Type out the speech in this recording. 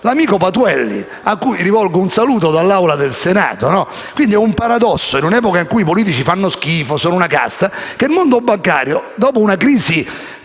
l'amico Patuelli, cui rivolgo un saluto dall'Aula del Senato. È un paradosso, in un'epoca in cui i politici fanno schifo e sono una casta, che il mondo bancario, dopo una crisi